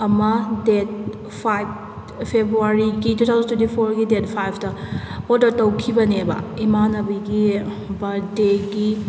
ꯑꯃ date five ꯐꯦꯕꯣꯋꯥꯔꯤꯒꯤ two thousand twenty ꯐꯣꯔꯒꯤ ꯗꯦꯠ ꯐꯥꯏꯞꯇ ꯑꯣꯔꯗꯔ ꯇꯧꯈꯤꯕꯅꯦꯕ ꯏꯃꯥꯅꯕꯤꯒꯤ ꯕ꯭ꯔꯠꯗꯦꯒꯤ